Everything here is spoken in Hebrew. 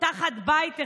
תחת בית אחד.